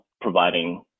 providing